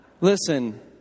listen